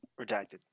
Redacted